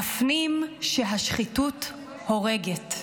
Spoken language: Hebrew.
נפנים שהשחיתות הורגת.